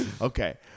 okay